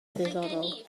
ddiddorol